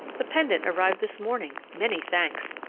the pendant arrived this morning. many thanks!